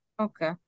Okay